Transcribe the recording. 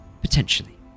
Potentially